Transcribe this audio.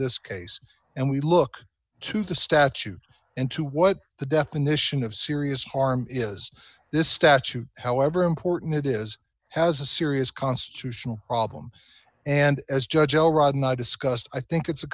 this case and we look to the statute and to what the definition of serious harm is this statute however important it is has a serious constitutional problem and as judge l rod and i discussed i think it's a